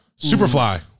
Superfly